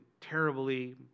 terribly